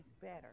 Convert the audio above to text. better